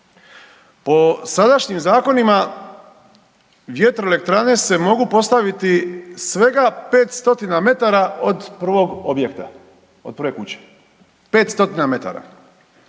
Po sadašnjim zakonima vjetroelektrane se mogu postaviti svega 500 metara od prvog objekata, od prve kuće, 500 metara.